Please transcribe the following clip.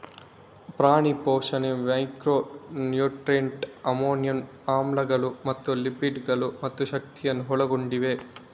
ಪ್ರಾಣಿ ಪೋಷಣೆ macro nutrient, amino ಆಮ್ಲಗಳು ಮತ್ತು ಲಿಪಿಡ್ ಗಳು ಮತ್ತು ಶಕ್ತಿಯನ್ನು ಒಳಗೊಂಡಿವೆ